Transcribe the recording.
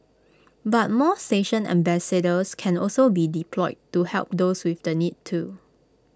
but more station ambassadors can also be deployed to help those with the need too